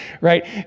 right